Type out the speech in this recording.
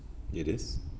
it is